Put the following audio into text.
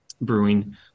brewing